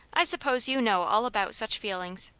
i suppose you know all about such feelings.